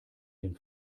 den